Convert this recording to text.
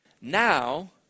now